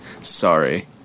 Sorry